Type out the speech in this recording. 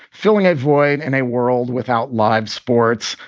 filling a void in a world without live sports.